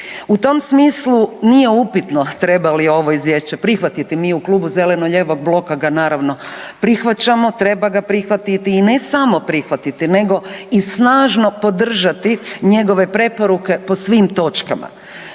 U tom smislu nije upitno treba li ovo izvješće prihvatiti, mi u Klubu zeleno-lijevog bloka ga naravno prihvaćamo, treba ga prihvatiti i ne samo prihvatiti nego i snažno podržati njegove preporuke po svim točkama.